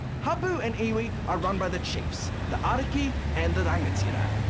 hapu and iwi are run by the chiefs, the ariki and the rangatira.